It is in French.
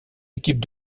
équipes